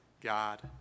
God